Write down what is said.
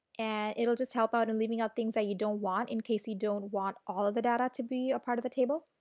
and it will help out in leaving out things that you don't want, in case you don't want all of the data to be a part of the table.